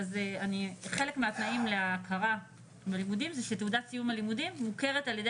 חלק מהתנאים להכרה בלימודים זה שתעודת סיום הלימודים מוכרת על ידי